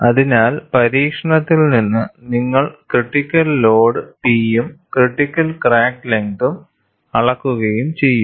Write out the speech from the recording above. അതിനാൽ പരീക്ഷണത്തിൽ നിന്ന് നിങ്ങൾ ക്രിറ്റിക്കൽ ലോഡ് P യും ക്രിറ്റിക്കൽ ക്രാക്ക് ലെങ്തും അളക്കുകയും ചെയ്യും